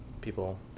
People